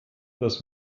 das